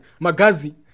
Magazi